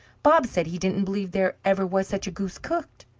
bob said he didn't believe there ever was such a goose cooked.